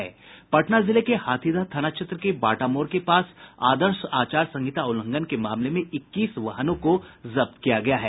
पटना जिले के हाथीदह थाना क्षेत्र के बाटा मोड़ के पास आदर्श आचार संहिता उल्लंघन के मामले में इक्कीस वाहनों को जब्त किया गया है